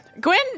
Gwen